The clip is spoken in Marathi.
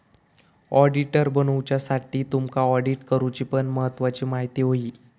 ऑडिटर बनुच्यासाठी तुमका ऑडिट करूची पण म्हायती होई